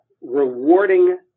rewarding